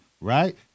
Right